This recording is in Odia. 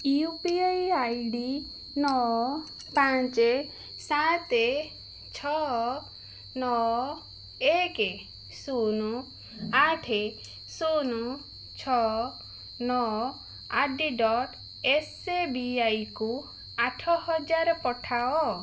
you P I I D ନଅ ପାଞ୍ଚେ ସାତେ ଛଅ ନଅ ଏକେ ଶୂନ ଆଠେ ଶୂନ ଛଅ ନଅ at the rate S B I କୁ ଆଠହଜାର ପଠାଅ